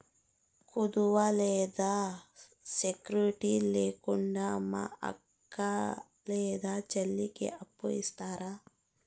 కుదువ లేదా సెక్యూరిటి లేకుండా మా అక్క లేదా చెల్లికి అప్పు ఇస్తారా?